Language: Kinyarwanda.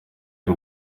y’u